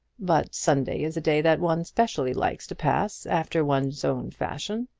but sunday is a day that one specially likes to pass after one's own fashion.